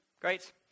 Great